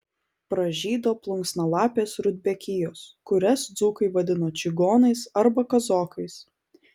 pražydo plunksnalapės rudbekijos kurias dzūkai vadina čigonais arba kazokais